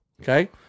Okay